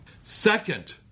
Second